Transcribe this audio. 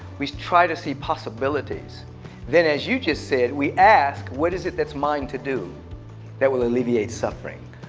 we try to see possibilities then as you just said we ask what is it? that's mine to do that will alleviate suffering.